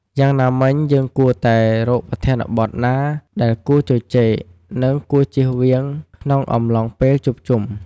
យ៉ាងណាមិញ យើងគួរតែរកប្រធានបទណាដែលគួរជជែក និងគួរជៀសវាងក្នុងអំឡុងពេលជួបជុំ។